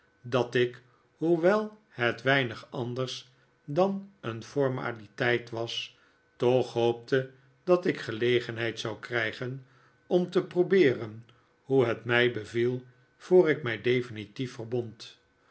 dat ik hoewel het weinig anders dan een formaliteit was toch hoopte dat ik gelegenheid zou krijgen om te probeeren hoe het mij beviel voor ik mij definitief verbond